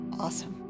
Awesome